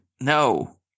no